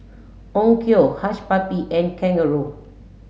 Onkyo Hush Puppy and kangaroo